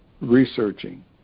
researching